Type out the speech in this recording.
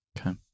Okay